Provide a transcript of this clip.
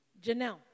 Janelle